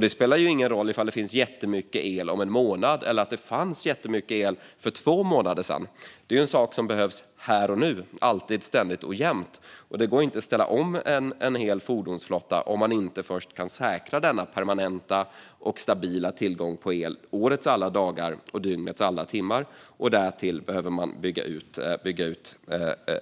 Det spelar ingen roll ifall det finns jättemycket el om en månad eller att det fanns jättemycket el för två månader sedan. Det är en sak som behövs här och nu, alltid, ständigt och jämt. Det går inte att ställa om en hel fordonsflotta om man inte först kan säkra denna permanenta och stabila tillgång på el årets alla dagar och dygnets alla timmar. Därtill behöver man bygga ut